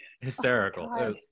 hysterical